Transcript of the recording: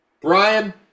Brian